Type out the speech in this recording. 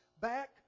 back